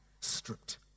stripped